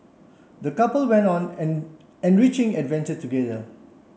the couple went on an enriching adventure together